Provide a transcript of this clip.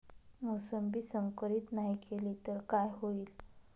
मोसंबी संकरित नाही केली तर काय होईल?